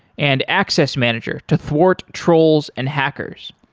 and access manager to thwart trolls and hackers.